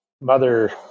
mother